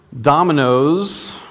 dominoes